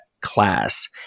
class